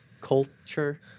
culture